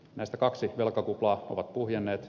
näistä kaksi velkakuplaa ovat puhjenneet